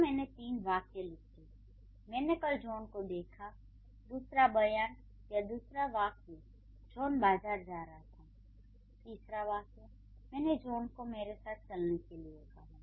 यहाँ मैंने तीन वाक्य लिखे मैंने कल जॉन को देखा दूसरा बयान या दूसरा वाक्य जॉन बाजार जा रहा था तीसरा वाक्य मैंने जॉन को मेरे साथ चलने के लिए कहा